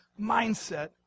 mindset